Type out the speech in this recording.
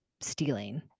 stealing